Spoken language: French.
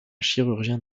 chirurgien